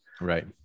Right